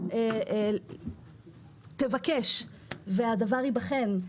תבקש והדבר ייבחן,